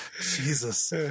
jesus